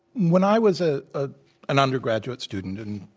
when i was ah ah an undergraduate s tudent, and